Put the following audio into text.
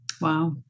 Wow